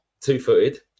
two-footed